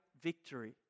victory